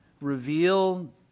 reveal